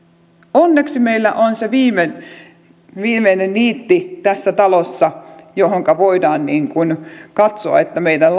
onneksi meillä on se viimeinen viimeinen niitti tässä talossa johonka voidaan katsoa meidän